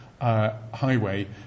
highway